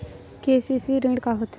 KCC ऋण का होथे?